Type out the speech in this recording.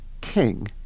king